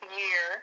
year